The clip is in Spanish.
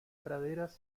praderas